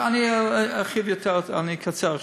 אני ארחיב יותר, אני אקצר עכשיו.